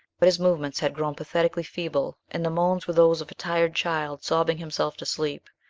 but his movements had grown pathetically feeble and the moans were those of a tired child sobbing himself to sleep.